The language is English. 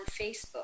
Facebook